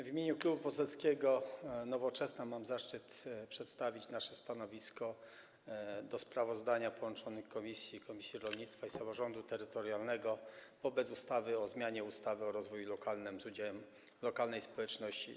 W imieniu Klubu Poselskiego Nowoczesna mam zaszczyt przedstawić nasze stanowisko odnośnie do sprawozdania połączonych komisji: rolnictwa i samorządu terytorialnego o projekcie ustawy o zmianie ustawy o rozwoju lokalnym z udziałem lokalnej społeczności.